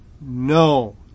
No